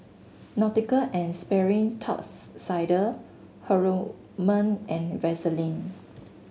Nautica and Sperry Top Sider Haruma and Vaseline